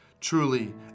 Truly